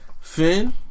Finn